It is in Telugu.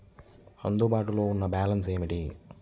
అందుబాటులో ఉన్న బ్యాలన్స్ ఏమిటీ?